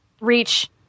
Reach